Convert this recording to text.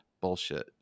bullshit